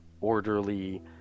orderly